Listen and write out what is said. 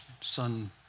Son